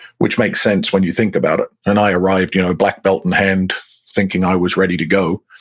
which makes sense when you think about it. and i arrived you know black belt in hand thinking i was ready to go,